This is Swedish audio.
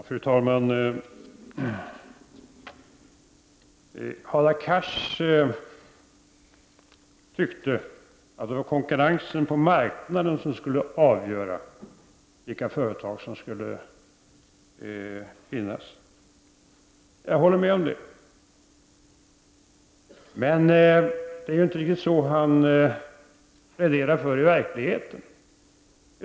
Fru talman! Hadar Cars tyckte att det var konkurrensen på marknaden som skulle avgöra vilka företag som skulle finnas. Jag håller med om det. Men det är inte riktigt så han pläderar i verkligheten.